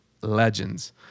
legends